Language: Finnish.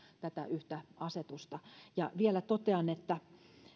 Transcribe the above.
tätä yhtä asetusta vielä totean että